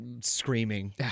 screaming